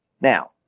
Now